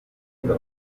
kuko